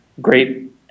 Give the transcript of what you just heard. great